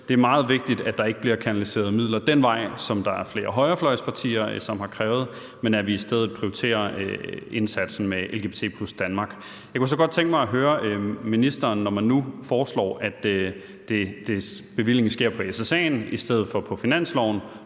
det er meget vigtigt, at der ikke bliver kanaliseret midler den vej, som der er flere højrefløjspartier der har krævet, men at vi i stedet prioriterer indsatsen med LGBT+ Danmark. Jeg kunne godt tænke mig at høre ministeren, hvordan det, når man nu foreslår, at bevillingen sker fra SSA'en i stedet for på finansloven,